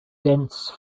dense